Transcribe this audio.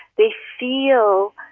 they feel